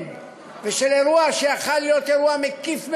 ושל אירוע שיכול להיות אירוע מקיף מאוד.